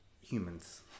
humans